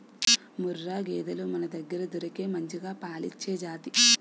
ముర్రా గేదెలు మనదగ్గర దొరికే మంచిగా పాలిచ్చే జాతి